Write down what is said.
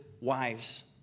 wives